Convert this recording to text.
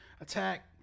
attack